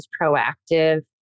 proactive